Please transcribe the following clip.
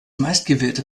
meistgewählte